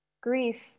Grief